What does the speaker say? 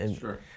Sure